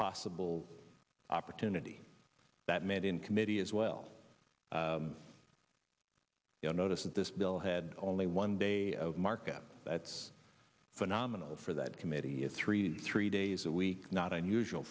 possible opportunity that met in committee as well you'll notice that this bill had only one day a markup that's phenomenal for that committee of three three days a week not unusual